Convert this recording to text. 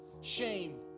shame